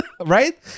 right